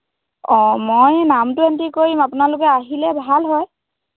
অঁ মই নামটো এণ্ট্ৰি কৰিম আপোনালোকে আহিলে ভাল হয়